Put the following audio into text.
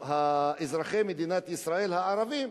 אזרחי מדינת ישראל הערבים,